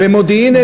במודיעין-עילית,